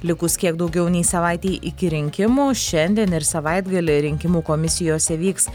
likus kiek daugiau nei savaitei iki rinkimų šiandien ir savaitgalį rinkimų komisijose vyks